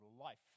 life